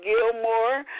Gilmore